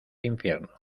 infierno